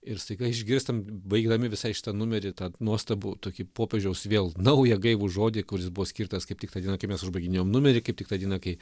ir staiga išgirstam baigdami visai šitą numerį tą nuostabų tokį popiežiaus vėl naują gaivų žodį kuris buvo skirtas kaip tik tą dieną kai mes užbaiginėjom numerį kaip tik tą dieną kai